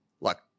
look